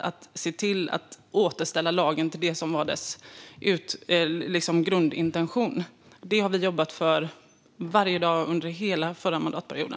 att se till att återställa lagen enligt dess grundintention. Det är vad som hade krävts, och det har vi jobbat för varje dag under hela förra mandatperioden.